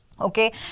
Okay